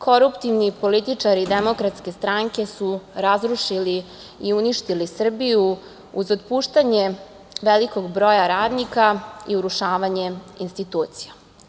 Koruptivni političari DS su razrušili i uništili Srbiju uz otpuštanje velikog broja radnika i urušavanje institucija.